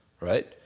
right